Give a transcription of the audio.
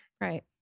Right